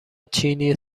چینی